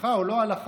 הלכה או לא הלכה,